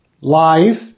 life